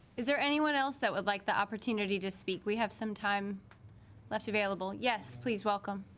is there anyone else that would like the opportunity to speak we have some time left available yes please welcome